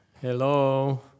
Hello